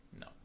No